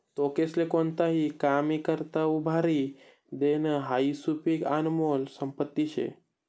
लोकेस्ले कोणताही कामी करता उभारी देनं हाई सुदीक आनमोल संपत्ती शे